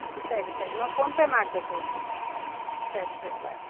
ಸರಿ ಸರಿ ನಾವು ಫೋನ್ಪೇ ಮಾಡ್ತೇವೆ ತಗೋರಿ ಸರಿ ಸರಿ ಬಾಯ್